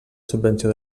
subvenció